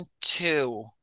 two